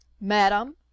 Madam